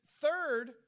third